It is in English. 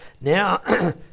Now